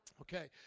Okay